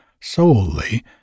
solely